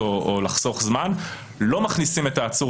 ולכן התופעה הזאת נרחבת והיא לא ייחודית רק לאנשי